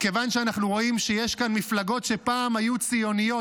מכיוון שאנחנו רואים שיש כאן מפלגות שפעם היו ציוניות,